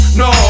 no